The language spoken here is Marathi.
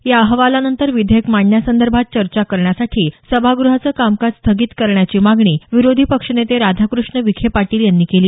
या अहवालानंतर विधेयक मांडण्यासंदर्भात चर्चा करण्यासाठी सभाग्रहाचं कामकाज स्थगित करण्याची मागणी विरोधी पक्षनेते राधाकृष्ण विखे पाटील यांनी केली